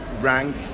rank